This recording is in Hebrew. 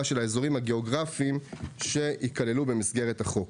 של האזורים הגיאוגרפיים שייכללו במסגרת החוק.